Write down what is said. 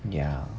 ya